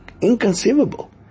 inconceivable